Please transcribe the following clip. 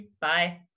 Bye